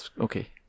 Okay